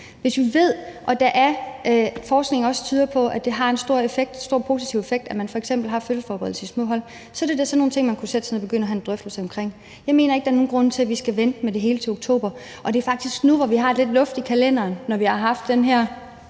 Når vi ved, og forskning tyder også på det, at det har en stor positiv effekt, at man f.eks. har fødselsforberedelse i små hold, er det da sådan nogle ting, man kunne sætte sig ned og begynde at have en drøftelse om. Jeg mener ikke, at der er nogen grund til, at vi skal vente med det hele til oktober, og det er faktisk nu, hvor vi har lidt luft i kalenderen, når vi har haft den her